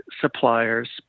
suppliers